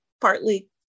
partly